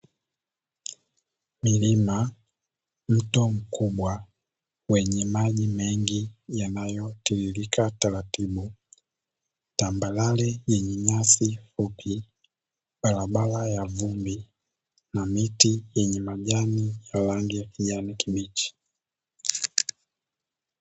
Milima, mto mkubwa wenye maji mengi yanayotiririka taratibu tambarare yenye nyasi fupi, barabara ya vumbi na miti yenye majani ya rangi ya kijani kibichi.